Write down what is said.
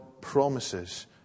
promises